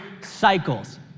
cycles